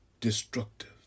destructive